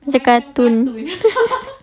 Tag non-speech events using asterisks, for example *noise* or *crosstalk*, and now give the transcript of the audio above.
macam cartoon *laughs*